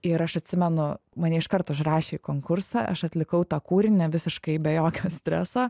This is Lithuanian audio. ir aš atsimenu mane iškart užrašė į konkursą aš atlikau tą kūrinį visiškai be jokio streso